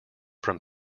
from